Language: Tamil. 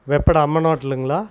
வெப்பட அம்மன் ஹோட்டலுங்களா